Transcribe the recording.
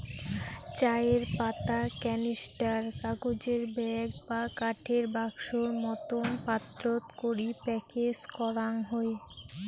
চায়ের পাতা ক্যানিস্টার, কাগজের ব্যাগ বা কাঠের বাক্সোর মতন পাত্রত করি প্যাকেজ করাং হই